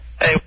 Hey